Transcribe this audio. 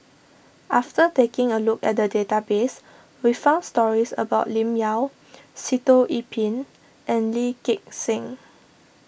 after taking a look at the database we found stories about Lim Yau Sitoh Yih Pin and Lee Gek Seng